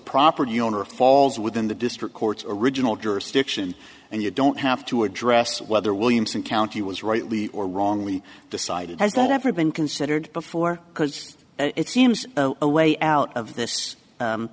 property owner falls within the district court's original jurisdiction and you don't have to address whether williamson county was rightly or wrongly decided has that ever been considered before because it seems a way out of